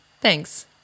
Thanks